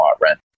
rent